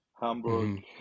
Hamburg